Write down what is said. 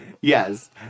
Yes